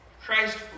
Christ